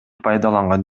пайдаланган